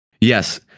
Yes